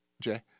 Jay